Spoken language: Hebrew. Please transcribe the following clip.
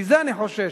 מזה אני חושש,